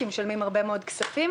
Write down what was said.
כי משלמים הרבה מאוד כסף,